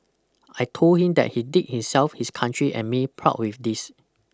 I told him that he did himself his country and me proud with this